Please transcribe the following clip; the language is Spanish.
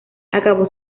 acabó